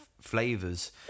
flavors